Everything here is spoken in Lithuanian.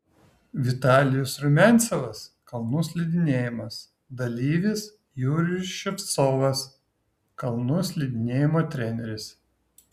vitalijus rumiancevas kalnų slidinėjimas dalyvis jurijus ševcovas kalnų slidinėjimo treneris